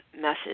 message